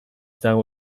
dago